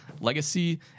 Legacy